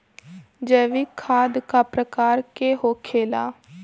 जैविक खाद का प्रकार के होखे ला?